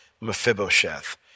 Mephibosheth